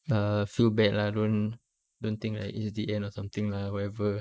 err feel bad lah don't don't think like it's the end or something lah whatever